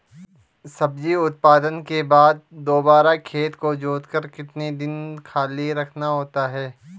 सब्जी उत्पादन के बाद दोबारा खेत को जोतकर कितने दिन खाली रखना होता है?